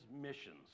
missions